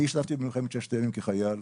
אני השתתפתי במלחמת ששת הימים כחייל.